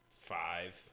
five